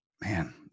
man